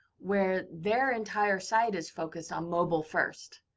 where their entire site is focused on mobile first.